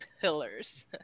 pillars